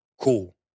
Cool